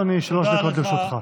בבקשה, אדוני, שלוש דקות לרשותך.